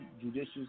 Judicious